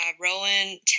Rowan